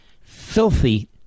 filthy